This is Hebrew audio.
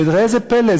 וראה זה פלא,